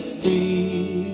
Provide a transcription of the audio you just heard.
free